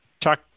Talk